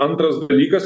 antras dalykas